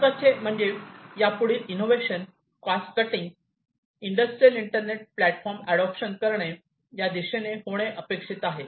महत्त्वाचे म्हणजे या पुढील innovation cost cutting industrial internet platform adoption करणे या दिशेने होणे अपेक्षित आहे